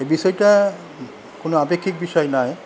এই বিষয়টা কোন আপেক্ষিক বিষয় নয়